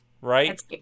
right